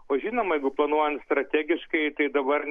o žinoma jeigu planuojant strategiškai tai dabar